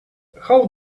how